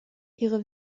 ihre